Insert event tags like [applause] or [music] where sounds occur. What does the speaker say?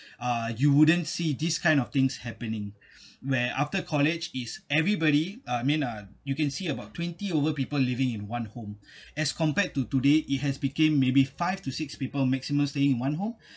uh you wouldn't see this kind of things happening where after college is everybody I mean uh you can see about twenty over people living in one home [breath] as compared to today it has became maybe five to six people maximum staying in one home [breath]